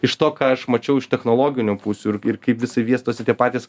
iš to ką aš mačiau iš technologinių pusių ir ir kaip visi vystosi tie patys